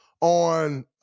on